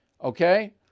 Okay